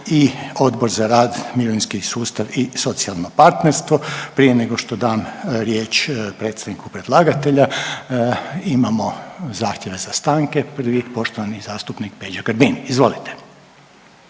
i Odbor za rad, mirovinski sustav i socijalno partnerstvo. Prije nego što dam riječ predstavniku predlagatelja imamo zahtjeve za stanke, prvi poštovani zastupnik Peđa Grbin, izvolite.